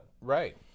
right